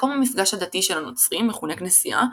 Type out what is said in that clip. מקום המפגש הדתי של הנוצרים מכונה כנסייה,